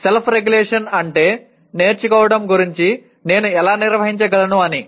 self regulation అంటే నేర్చుకోవడం గురించి నేను ఎలా నిర్వహించగలను అని